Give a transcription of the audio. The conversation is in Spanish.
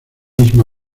misma